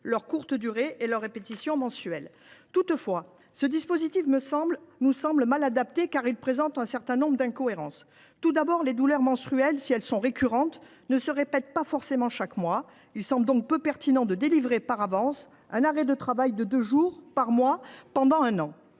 leur courte durée et leur répétition mensuelle. Néanmoins, ce dispositif nous semble mal adapté, car il présente un certain nombre d’incohérences. Tout d’abord, les douleurs menstruelles, si elles sont récurrentes, ne se répètent pas forcément chaque mois. Il semble donc peu pertinent de délivrer, par avance, un arrêt de travail de deux jours par mois pendant un an,